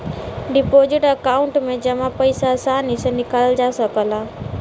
deposit account में जमा पइसा आसानी से निकालल जा सकला